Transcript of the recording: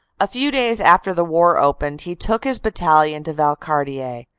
a few days after the war opened, he took his battalion to valcartier,